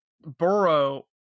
Burrow